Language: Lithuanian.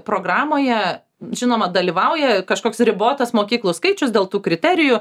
programoje žinoma dalyvauja kažkoks ribotas mokyklų skaičius dėl tų kriterijų